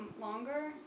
longer